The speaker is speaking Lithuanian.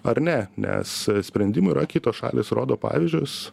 ar ne nes sprendimų yra kitos šalys rodo pavyzdžius